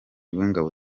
w’ingabo